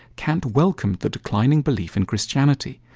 kant welcomed the declining belief in christianity,